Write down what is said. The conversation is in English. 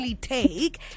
take